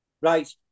right